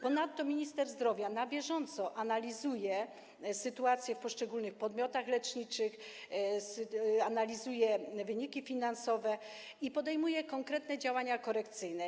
Ponadto minister zdrowia na bieżąco analizuje sytuację w poszczególnych podmiotach leczniczych, analizuje wyniki finansowe i podejmuje konkretne działania korekcyjne.